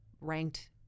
ranked